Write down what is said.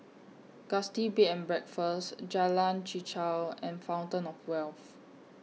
Gusti Bed and Breakfast Jalan Chichau and Fountain of Wealth